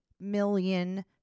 million